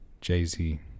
Jay-Z